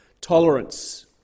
tolerance